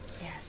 Yes